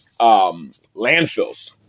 landfills